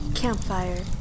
Campfire